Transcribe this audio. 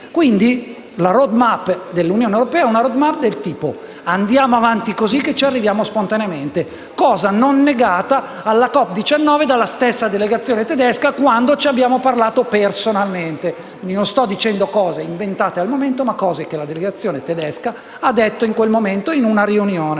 Quindi, la *road map* dell'Unione europea è una *road map* del tipo: andiamo avanti così che ci arriviamo spontaneamente. Cosa non negata alla COP19 dalla stessa delegazione tedesca quando ci abbiamo parlato personalmente. Quindi, non sto dicendo cose inventate, ma cose che la delegazione tedesca ha detto in una riunione.